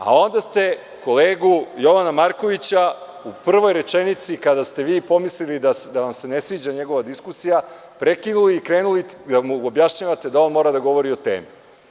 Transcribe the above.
A onda ste kolegu Jovana Markovića u prvoj rečenici, kada ste vi pomislili da vam se ne sviđa njegova diskusija, prekinuli i krenuli da mu objašnjavate da on mora da govori o temi.